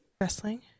wrestling